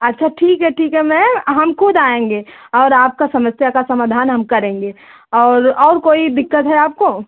अच्छा ठीक है ठीक है मैम हम खुद आएँगे और आपका समस्या का समाधान हम करेंगे और और कोई दिक्कत है आपको